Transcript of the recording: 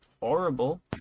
horrible